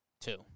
Two